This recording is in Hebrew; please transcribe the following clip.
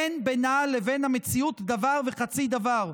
אין בינה לבין המציאות דבר וחצי דבר.